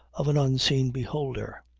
of an unseen beholder.